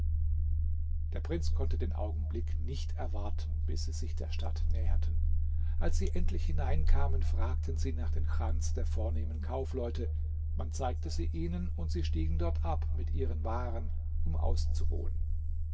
der prinz konnte den augenblick nicht erwarten bis sie sich der stadt näherten als sie endlich hineinkamen fragten sie nach den chans der vornehmen kaufleute man zeigte sie ihnen und sie stiegen dort ab mit ihren waren um auszuruhen